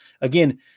again